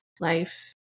life